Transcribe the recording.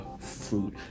fruit